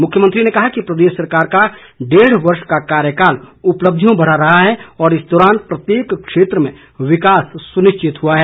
मुख्यमंत्री ने कहा कि प्रदेश सरकार का डेढ वर्ष का कार्यकाल उपलब्धियों भरा रहा है और इस दौरान प्रत्येक क्षेत्र में विकास सुनिश्चित हुआ है